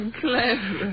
clever